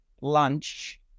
lunch